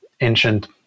ancient